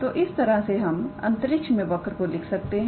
तो इस तरह से हम अंतरिक्ष में वर्क को लिख सकते हैं